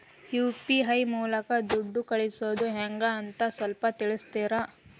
UPI ಮೂಲಕ ದುಡ್ಡು ಕಳಿಸೋದ ಹೆಂಗ್ ಅಂತ ಸ್ವಲ್ಪ ತಿಳಿಸ್ತೇರ?